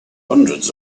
hundreds